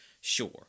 sure